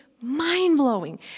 mind-blowing